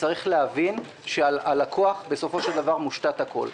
צריך להבין שעל הלקוח בסופו של דבר מושתת הכול,